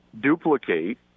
duplicate